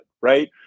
right